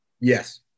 Yes